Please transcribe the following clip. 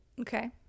okay